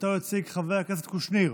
שאותה יציג חבר הכנסת קושניר,